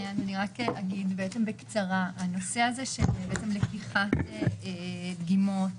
רק אגיד בקצרה שהנושא הזה של לקיחת דגימות